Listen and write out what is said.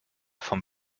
vom